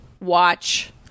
watch